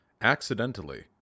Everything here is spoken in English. accidentally